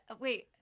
Wait